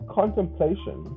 contemplation